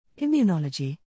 Immunology